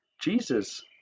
Jesus